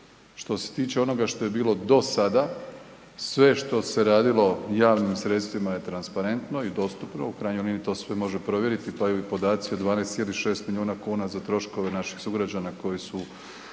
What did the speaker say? Što se tiče onoga što je bilo do sada, sve što se radilo javnim sredstvima je transparentno i dostupno. U krajnjoj liniji, to se sve može provjeriti, pa i podaci od 12,6 milijuna kuna za troškove naših sugrađana koji su